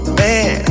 man